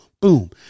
Boom